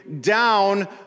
down